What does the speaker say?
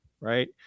right